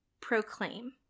proclaim